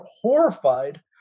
horrified